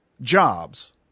jobs